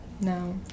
No